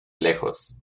lejos